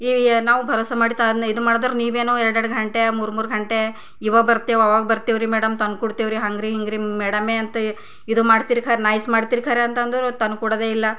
ಈ ಏನು ನಾವು ಭರೋಸಾ ಮಾಡಿ ತನ ಇದು ಮಾಡಿದ್ರೆ ನೀವು ಏನೋ ಎರಡು ಎರಡು ಗಂಟೆ ಮೂರು ಮೂರು ಗಂಟೆ ಈವಾಗ ಬರ್ತೆವೆ ಆವಾಗ ಬರ್ತೆವೆ ರಿ ಮೇಡಮ್ ತಂದು ಕೊಡ್ತಿವಿ ರಿ ಹಂಗೆ ರಿ ಹಿಂಗೆ ರಿ ಮೇಡಮ್ಮೆ ಅಂತ ಇದು ಮಾಡ್ತೀರಿ ಖ ನೈಸ್ ಮಾಡ್ತೀರಿ ಖರೆ ಅಂತಂದೋರು ತಂದು ಕೊಡೋದೇ ಇಲ್ಲ